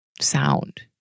sound